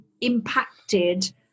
impacted